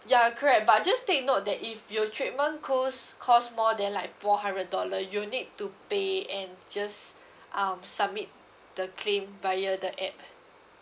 ya correct but just take note that if your treatment cost cost more than like four hundred dollar you'll need to pay and just um submit the claim via the app